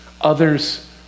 Others